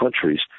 countries